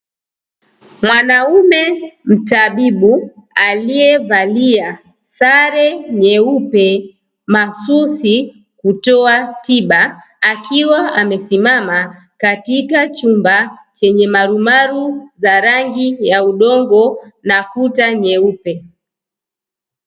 Mwanaume mtatibu aliyevalia sare nyeupe mahususi kwa ajili ya kutolea tiba, akiwa amesimama katika chumba chanye marumaru zenye rangi ya udongo na kuta nyeupe.